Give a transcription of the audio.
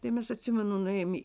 tai mes atsimenu nuėjom į